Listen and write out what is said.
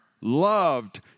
loved